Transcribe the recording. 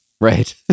Right